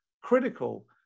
critical